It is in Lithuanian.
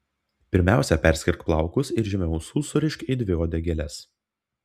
pirmiausia perskirk plaukus ir žemiau ausų surišk į dvi uodegėles